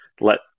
let